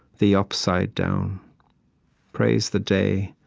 the upside-down praise the day,